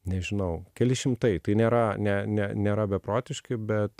nežinau keli šimtai tai nėra ne ne nėra beprotiškai bet